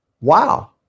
Wow